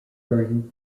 during